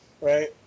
right